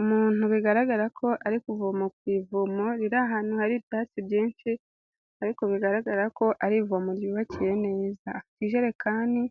Umuntu bigaragara ko ari kuvoma ku ivomo riri ahantu hari ibyatsi byinshi, ariko bigaragara ko ari ivomo ryubakiye neza, afite ijerekani